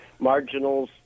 marginals